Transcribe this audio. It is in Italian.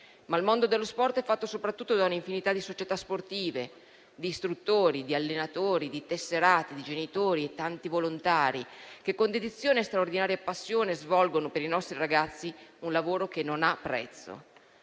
Ma il mondo dello sport è fatto soprattutto da un'infinità di società sportive, di istruttori, di allenatori, di tesserati, di genitori e tanti volontari che, con dedizione e straordinaria passione, svolgono per i nostri ragazzi un lavoro che non ha prezzo.